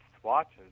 swatches